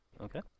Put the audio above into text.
Okay